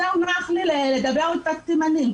יותר נוח לי לדבר בשפת סימנים.